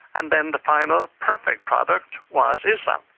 and then the final perfect product was islam.